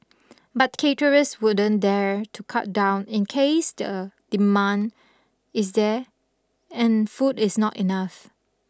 but caterers wouldn't dare to cut down in case the demand is there and food is not enough